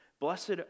Blessed